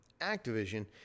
Activision